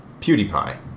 PewDiePie